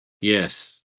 Yes